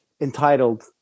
entitled